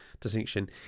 distinction